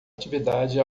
atividade